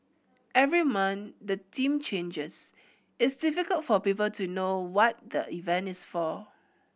every month the theme changes it's difficult for people to know what the event is for